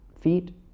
feet